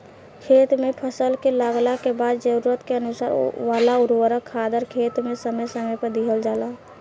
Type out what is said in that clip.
खेत में फसल के लागला के बाद जरूरत के अनुसार वाला उर्वरक खादर खेत में समय समय पर दिहल जाला